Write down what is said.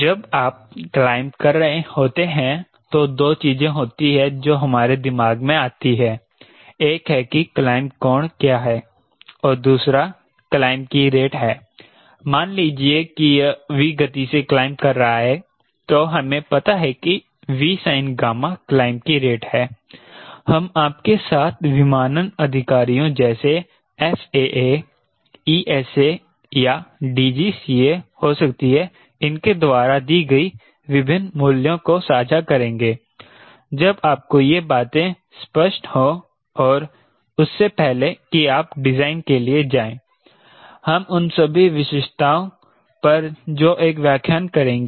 जब आप क्लाइंब कर रहे होते हैं तो 2 चीजें होती हैं जो हमारे दिमाग में आती हैं एक है कि क्लाइंब कोण क्या है और दूसरा क्लाइंब की रेट है मान लीजिए कि यह V गति से क्लाइंब कर रहा है तो हमे पता है कि Vsin क्लाइंब की रेट है हम आपके साथ विमानन अधिकारियों जैसे FAA ESA या DGCA हो सकती हैं इनके द्वारा दी गई विभिन्न मूल्यों को साझा करेंगे जब आपको यह बातें स्पष्ट हो और उससे पहले कि आप डिजाइन के लिए जाएं हम उन सभी विशिष्टताओं पर भी एक व्याख्यान करेंगे